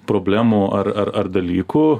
problemų ar ar ar dalyku